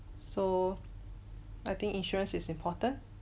so I think insurance is important